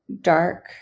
dark